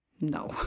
No